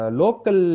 local